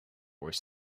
where